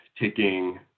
taking